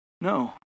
No